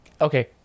Okay